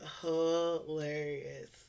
hilarious